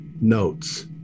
notes